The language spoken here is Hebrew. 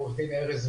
עורך הדין וול.